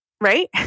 right